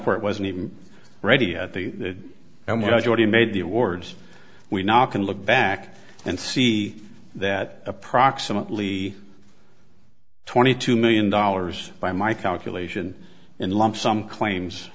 court wasn't even ready at the and we had already made the awards we now can look back and see that approximately twenty two million dollars by my calculation in lump sum claims